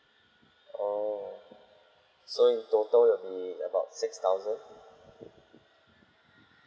oh so in total will be about six thousand